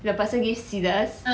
the person gives scissors